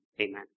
Amen